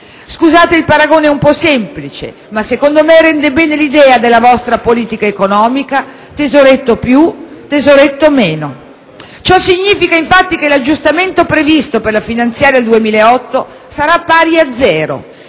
Scusate il paragone un po' semplicistico, ma, secondo me, rende bene l'idea della vostra politica economica, tesoretto più, tesoretto meno. Ciò significa che l'aggiustamento previsto per la finanziaria 2008 sarà pari a zero,